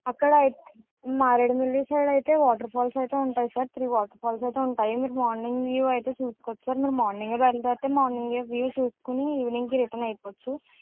అక్కడ అయితే మారేడుమిల్లి సైడు అయితే వాటర్ఫాల్స్ అయితే ఉంటాయి సార్ త్రీ వాటర్ఫాల్స్ అయితే ఉంటాయి మీరు మార్నింగ్ వ్యూ అయితే చూసుకోవచ్చు సార్ మీరు మార్నింగే బయలుదేరితే మార్నింగే వ్యూ చూసుకుని ఈవినింగ్కి రిటర్ను అయిపోవచ్చు